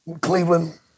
Cleveland